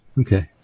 okay